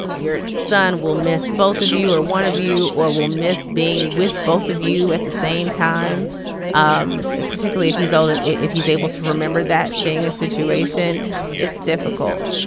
your son will miss both of you or one of you or will miss being with both of you at the same time um particularly if he's old. if he's able to remember that being a situation it's difficult.